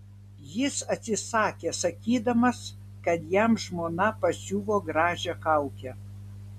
jis atsisakė sakydamas kad jam žmona pasiuvo gražią kaukę